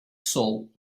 soul